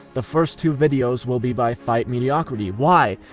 the first two videos will be by fightmediocrity. why?